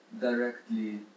directly